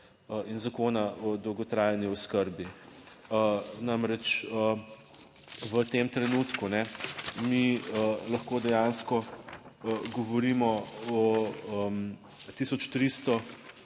in Zakona o dolgotrajni oskrbi. Namreč, v tem trenutku mi lahko dejansko govorimo o 1300